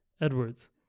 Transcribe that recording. Edwards